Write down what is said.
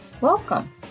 Welcome